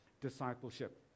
discipleship